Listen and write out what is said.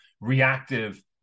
reactive